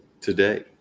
today